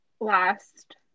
last